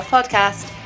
Podcast